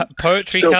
Poetry